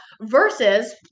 versus